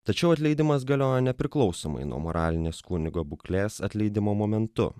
tačiau atleidimas galioja nepriklausomai nuo moralinės kunigo būklės atleidimo momentu